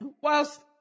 whilst